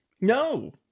No